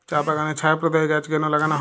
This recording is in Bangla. চা বাগানে ছায়া প্রদায়ী গাছ কেন লাগানো হয়?